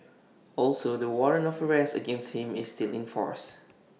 also the warrant of arrest against him is still in force